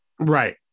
Right